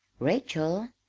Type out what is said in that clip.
rachel,